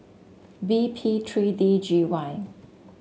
B P three D G Y